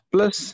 Plus